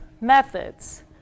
methods